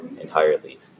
entirely